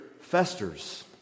festers